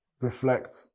reflect